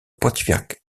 powiat